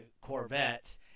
Corvette